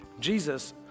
Jesus